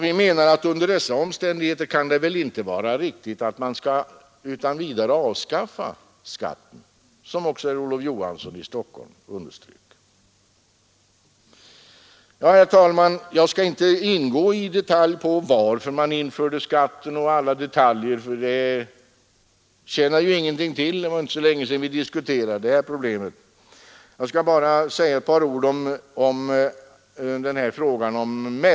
Vi anser att det under dessa omständigheter inte kan vara riktigt att utan vidare avskaffa skatten, vilket också herr Olof Johansson i Stockholm underströk. Herr talman! Jag skall inte i detalj gå in på varför man införde skatten, för det tjänar ingenting till så länge vi diskuterar detta problem. Jag skall bara säga några ord om mässor och utställningar.